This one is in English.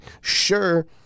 Sure